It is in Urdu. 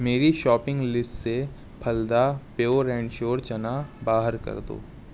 میری شاپنگ لسٹ سے پھلدا پیور اینڈ شیور چنا باہر کر دو